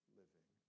living